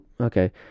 okay